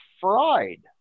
fried